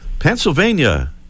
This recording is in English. Pennsylvania